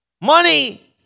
Money